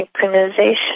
synchronization